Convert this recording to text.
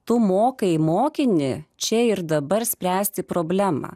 tu mokai mokinį čia ir dabar spręsti problemą